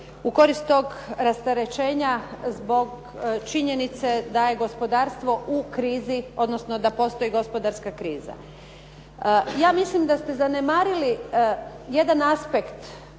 u korist tog rasterećenja zbog činjenice da je gospodarsko u krizi odnosno da postoji gospodarska kriza. Ja mislim da ste zanemarili jedan aspekt